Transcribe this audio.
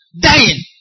dying